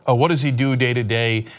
ah what does he do day today,